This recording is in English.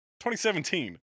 2017